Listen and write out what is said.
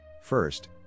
First